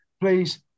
please